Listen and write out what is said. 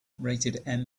rated